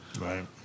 Right